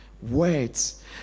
Words